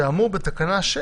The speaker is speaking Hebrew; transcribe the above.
שהאמור בתקנה 6